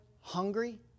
hungry